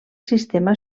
sistema